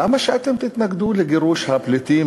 למה שאתם תתנגדו לגירוש הפליטים,